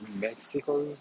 Mexico